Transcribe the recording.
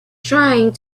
trying